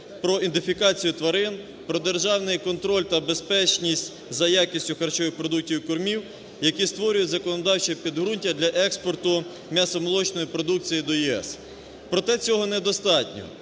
про ідентифікацію тварин, про державний контроль та безпечність за якістю харчових продуктів та кормів, які створюють законодавче підґрунтя для експорту м'ясомолочної продукції до ЄС. Проте, цього недостатньо,